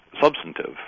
substantive